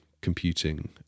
computing